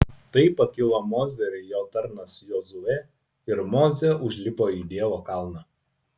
tai pakilo mozė ir jo tarnas jozuė ir mozė užlipo į dievo kalną